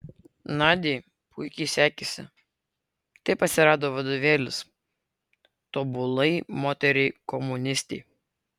nadiai puikiai sekėsi taip atsirado vadovėlis tobulai moteriai komunistei